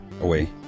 away